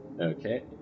Okay